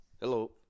Hello